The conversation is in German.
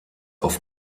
auf